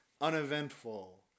Uneventful